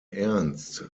ernst